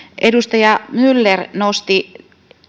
edustaja myller nosti